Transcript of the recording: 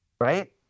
right